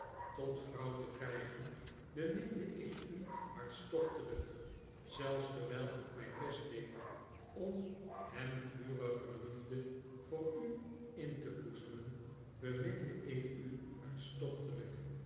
tot vrouw te krygen beminde ik u hartstochtelyk zelfs terwyl ikmyn best deed om hem vuriger liefde voor u in te boezemen beminde ik u hartstochtelyk